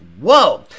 Whoa